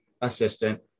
assistant